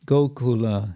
Gokula